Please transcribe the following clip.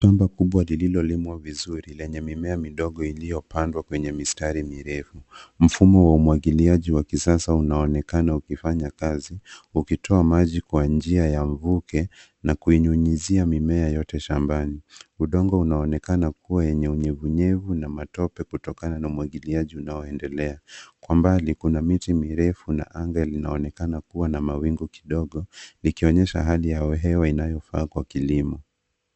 Shamba kubwa lililolimwa vizuri lenye mimea midogo iliyopandwa kwenye mistari mirefu. Mfumo wa umwagiliaji wa kisasa unaonekana ukifanya kazi ukitoa maji kwa njia ya mvuke na kuinyunyizia mimea yote shambani. Udongo unaonekana kuwa yenye unyevunyevu na matope kutokana na umwagiliaji unaoendelea. Kwa umbali, kuna miche mirefu na anga inaonekana kuwa na mawingu kidogo ikionyesha hali ya hewa inayofaa kwa kilimo.